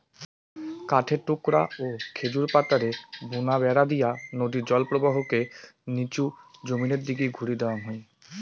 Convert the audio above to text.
কাঠের টুকরা ও খেজুর পাতারে বুনা বেড়া দিয়া নদীর জলপ্রবাহক লিচু জমিনের দিকি ঘুরি দেওয়াং হই